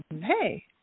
hey